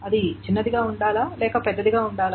అది చిన్నదిగా ఉండాలా లేక పెద్దదిగా ఉండాలా